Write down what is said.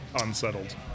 Unsettled